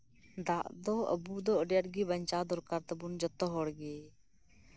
ᱫᱟᱜ ᱫᱚ ᱟᱵᱚ ᱫᱚ ᱟᱹᱰᱤ ᱟᱸᱴ ᱜᱮ ᱵᱟᱧᱪᱟᱣ ᱫᱚᱨᱠᱟᱨ ᱛᱟᱵᱚᱱ ᱡᱚᱛᱚ ᱦᱚᱲᱜᱮ